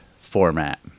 format